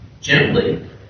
gently